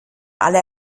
alle